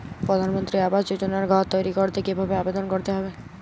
প্রধানমন্ত্রী আবাস যোজনায় ঘর তৈরি করতে কিভাবে আবেদন করতে হবে?